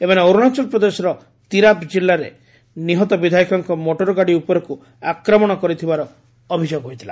ଏମାନେ ଅରୁଣାଚଳ ପ୍ରଦେଶର ତିରାପ୍ ଜିଲ୍ଲାରେ ନିହତ ବିଧାୟକଙ୍କ ମୋଟରଗାଡ଼ି ଉପରକୁ ଆକ୍ରମଣ କରିଥିବାର ଅଭିଯୋଗ ହୋଇଥିଲା